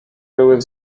były